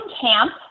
camp